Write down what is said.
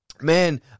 Man